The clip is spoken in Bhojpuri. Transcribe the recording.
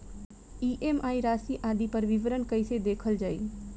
ई.एम.आई राशि आदि पर विवरण कैसे देखल जाइ?